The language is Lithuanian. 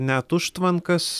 net užtvankas